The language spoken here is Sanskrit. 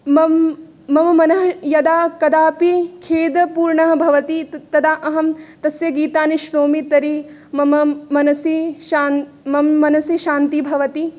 मं मम मनः यदा कदापि खेदपूर्णं भवति त तदा अहं तस्य गीतानि शृणोमि तर्हि मम मनसि शान् मम मनसि शान्तिः भवति